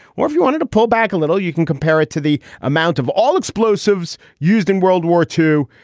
or if you wanted to pull back a little, you can compare it to the amount of all explosives used in world war two.